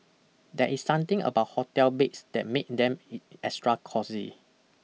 there is something about hotel beds that make them extra cosy